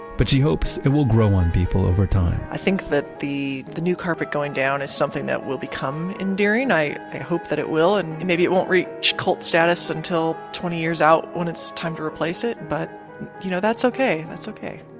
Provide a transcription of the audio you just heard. but she hopes it will grow on people over time i think that the the new carpet going down is something that will become endearing. i hope that it will and and maybe it won't reach cult status until twenty years out when it's time to replace it, but you know that's okay. that's okay